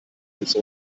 ans